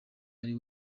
ari